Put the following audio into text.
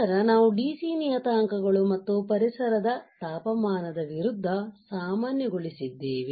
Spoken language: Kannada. ನಂತರ ನಾವು DC ನಿಯತಾಂಕಗಳು ಮತ್ತು ಪರಿಸರದ ತಾಪಮಾನದ ವಿರುದ್ಧ ಸಾಮಾನ್ಯಗೊಳಿಸಿದ್ದೇವೆ